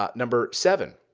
ah number seven,